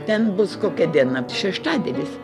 ten bus kokia diena šeštadienis